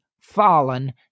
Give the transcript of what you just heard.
fallen